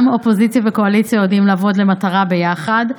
גם אופוזיציה וקואליציה יודעים לעבוד למטרה ביחד,